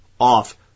off